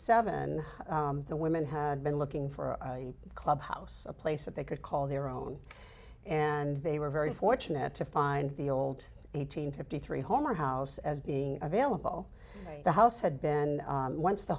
seven the women had been looking for a clubhouse a place that they could call their own and they were very fortunate to find the old eighteen pretty three home or house as being available in the house had been once the